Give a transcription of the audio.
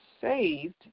saved